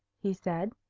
he said.